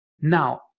Now